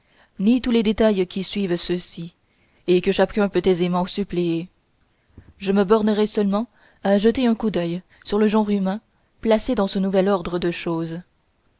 ni tous les détails qui suivent ceux-ci et que chacun peut aisément suppléer je me bornerai seulement à jeter un coup d'œil sur le genre humain placé dans ce nouvel ordre de choses